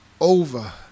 over